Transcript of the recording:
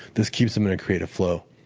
this keeps them in a creative flow.